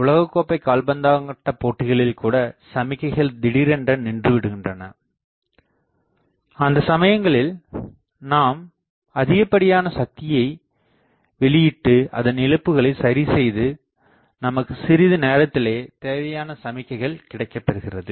உலகக் கோப்பை கால்பந்தாட்ட போட்டியில் கூட சமிக்கைகள் திடீரென்று நின்று விடுகின்றன அந்த சமயங்களில் நாம் அதிகப்படியான சக்தியை வெளியீட்டு அதன் இழப்புகளை சரி செய்து நமக்கு சிறிது நேரத்திலேயே தேவையான சமிக்கைகள் கிடைக்கப்பெறுகிறது